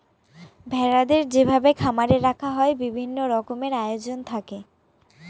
ভেড়াদের যেভাবে খামারে রাখা হয় বিভিন্ন রকমের আয়োজন থাকে